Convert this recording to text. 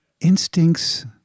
instincts